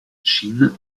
chine